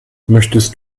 möchtest